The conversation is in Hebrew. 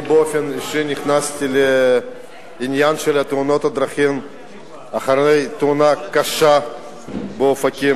אני נכנסתי באופן אישי לעניין של תאונות הדרכים אחרי תאונה קשה באופקים,